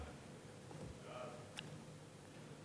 היושב-ראש,